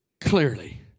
clearly